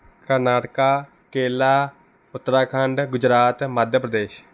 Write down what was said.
Karnataka Kerala Uttarakhand Gujarat Madhya Pradesh